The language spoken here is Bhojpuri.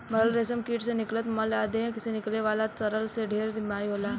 मरल रेशम कीट से निकलत मल आ देह से निकले वाला तरल से ढेरे बीमारी होला